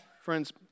Friends